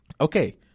okay